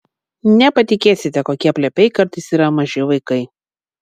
nepatikėsite kokie plepiai kartais yra maži vaikai